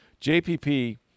JPP